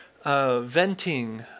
Venting